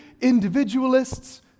Individualists